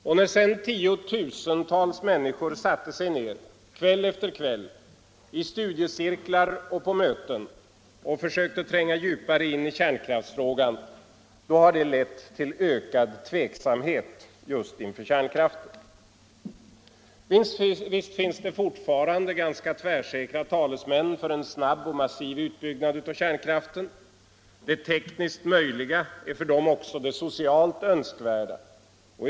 Och när sedan tiotusentals människor satt sig ned, kväll efter kväll, i studiecirklar och på möten och sökt tränga djupare in i kärnkraftsfrågan — då har det lett till ökad tveksamhet just inför kärnkraften. Visst finns det fortfarande ganska tvärsäkra talesmän för en snabb och massiv utbyggnad av kärnkraften. Det tekniskt möjliga är för dem också det socialt önskvärda.